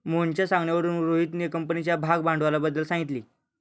मोहनच्या सांगण्यावरून रोहितने कंपनीच्या भागभांडवलाबद्दल सांगितले